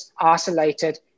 isolated